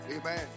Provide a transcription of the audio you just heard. Amen